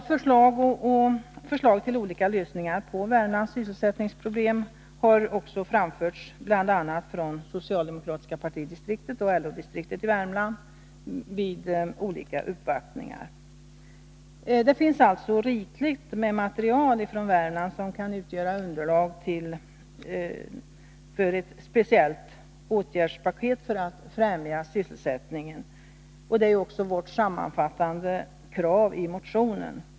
Förslag till olika lösningar på Värmlands sysselsättningsproblem har också framförts från bl.a. socialdemokratiska partidistriktet och LO-distriktet i Värmland vid olika uppvaktningar. Det finns alltså rikligt med material från Värmland som kan utgöra underlag för ett speciellt åtgärdspaket för att främja sysselsättningen, och det är vårt sammanfattande krav i motionen.